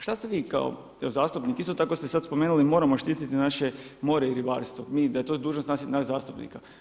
Što ste vi kao zastupnik isto tako ste sad spomenuli moramo štititi naše more i ribarstvo, da je dužnost to nas zastupnika.